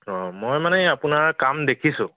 মই মানে আপোনাৰ কাম দেখিছোঁ